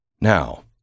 Now